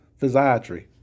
physiatry